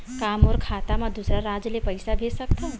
का मोर खाता म दूसरा राज्य ले पईसा भेज सकथव?